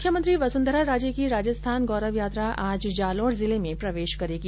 मुख्यमंत्री वसुंधरा राजे की राजस्थान गौरव यात्रा आज जालौर जिले में प्रवेश करेंगी